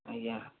ଆଜ୍ଞା